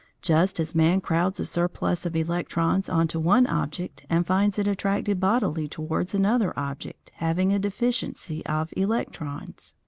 just as man crowds a surplus of electrons on to one object and finds it attracted bodily towards another object having a deficiency of electrons.